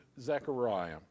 Zechariah